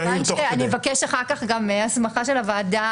אני אבקש אחר כך גם הסמכה של הוועדה